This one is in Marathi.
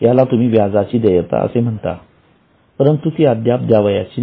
याला तुम्ही व्याजची देयता असे म्हणता परंतु ती अद्याप द्यायची नाही